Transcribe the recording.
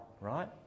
right